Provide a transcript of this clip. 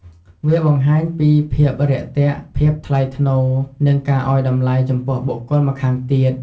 វាបង្ហាញពីភាពរាក់ទាក់ ភាពថ្លៃថ្នូរ និងការឲ្យតម្លៃចំពោះបុគ្គលម្ខាងទៀត។